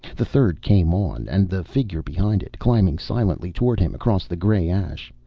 the third came on. and the figure behind it. climbing silently toward him across the gray ash.